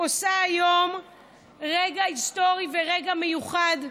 עושה היום רגע היסטורי ורגע מיוחד,